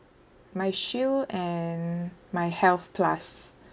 my shield and my health plus